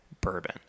bourbon